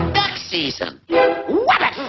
duck season yeah